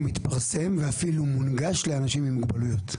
מתפרסם ואפילו מונגש לאנשים עם מוגבלויות.